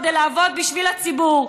כדי לעבוד בשביל הציבור.